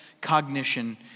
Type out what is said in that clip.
cognition